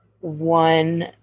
one